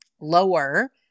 lower